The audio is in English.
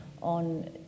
on